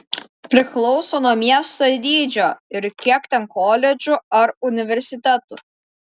priklauso nuo miesto dydžio ir kiek ten koledžų ar universitetų